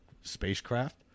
spacecraft